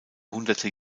hunderte